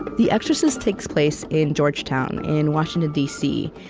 the exorcist takes place in georgetown in washington, d c,